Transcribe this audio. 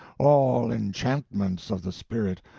all enchantments of the spirit,